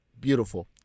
Beautiful